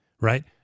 right